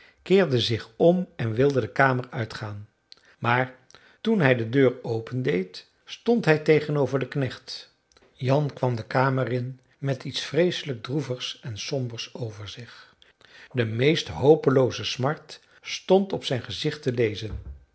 keerde zich om en wilde de kamer uitgaan maar toen hij de deur opendeed stond hij tegenover den knecht jan kwam de kamer in met iets vreeselijk droevigs en sombers over zich de meest hopelooze smart stond op zijn gezicht te lezen